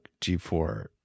G4